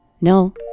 No